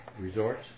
resorts